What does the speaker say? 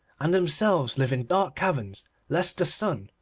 and themselves live in dark caverns lest the sun,